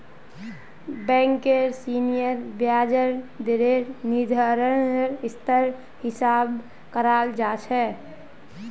बैंकेर ऋनेर ब्याजेर दरेर निर्धानरेर स्थितिर हिसाब स कराल जा छेक